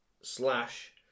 slash